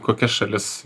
kokia šalis